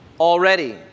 already